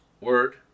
word